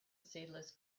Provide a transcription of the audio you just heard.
seedless